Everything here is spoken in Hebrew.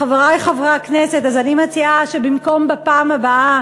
חברי חברי הכנסת, אז אני מציעה שבפעם הבאה